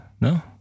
No